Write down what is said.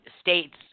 state's